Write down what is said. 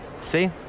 See